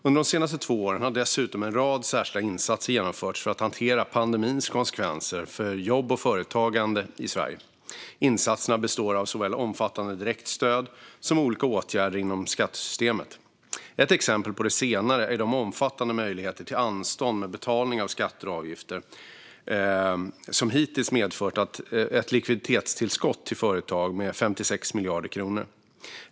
Under de senaste två åren har dessutom en rad särskilda insatser genomförts för att hantera pandemins konsekvenser för jobb och företag i Sverige. Insatserna består av såväl omfattande direktstöd som olika åtgärder inom skattesystemet. Ett exempel på det senare är de omfattande möjligheter till anstånd med betalning av skatter och avgifter som hittills medfört ett likviditetstillskott till företagen med 56 miljarder kronor.